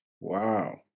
Wow